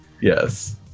Yes